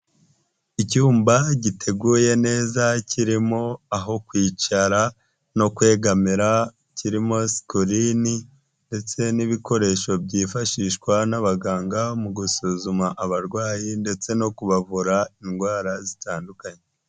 Icyumba giteguye neza kirimo aho kwicara no kwegamira kirimo sikirini ndetse n'ibikoresho byifashishwa n'abaganga, mu gusuzuma abarwayi ndetse no kubavura indwara zitandukanye.